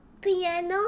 Piano